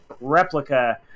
replica